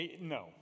No